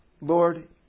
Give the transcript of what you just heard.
Lord